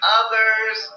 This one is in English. others